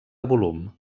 volum